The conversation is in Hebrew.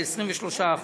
ל-23%.